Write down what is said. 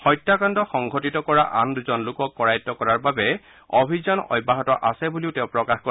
হত্যাকাণ্ড সংঘটিত কৰা আন দুজন লোকক কৰায়ত্ব কৰাৰ বাবে অভিযান অব্যাহত আছে বুলি তেওঁ প্ৰকাশ কৰে